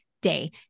day